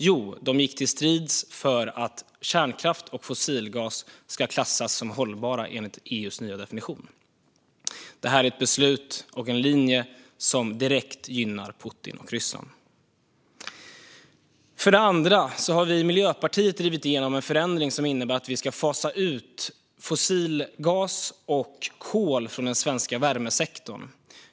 Jo, de gick till strids för att kärnkraft och fossilgas skulle klassas som hållbara enligt EU:s nya definition. Detta är ett beslut och en linje som direkt gynnar Putin och Ryssland. För det andra har vi i Miljöpartiet drivit igenom en förändring som innebär att vi ska fasa ut fossilgas och kol från den svenska värmesektorn.